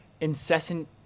incessant